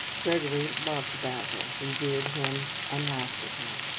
gregory loved basil, revered him, and laughed at him.